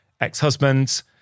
ex-husband